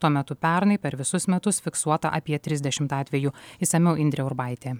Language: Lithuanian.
tuo metu pernai per visus metus fiksuota apie trisdešimt atvejų išsamiau indrė urbaitė